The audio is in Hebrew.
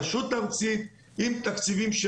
צריך להקים רשות ארצית עם תקציבים של